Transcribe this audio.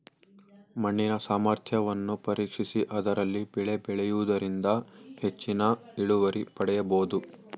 ಮಣ್ಣಿನ ಸಾಮರ್ಥ್ಯವನ್ನು ಪರೀಕ್ಷಿಸಿ ಅದರಲ್ಲಿ ಬೆಳೆ ಬೆಳೆಯೂದರಿಂದ ಹೆಚ್ಚಿನ ಇಳುವರಿ ಪಡೆಯಬೋದು